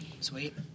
Sweet